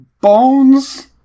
bones